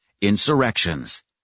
insurrections